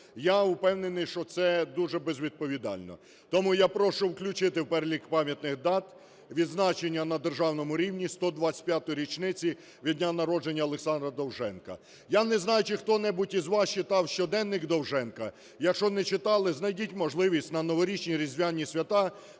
я впевнений, що це дуже безвідповідально. Тому я прошу включити в перелік пам'ятних дат відзначення на державному рівні 125-ї річниці від дня народження Олександра Довженка. Я не знаю, чи хто-небудь із вас читав щоденник Довженка, якщо не читали, знайдіть можливість на новорічні, різдвяні свята